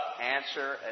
answer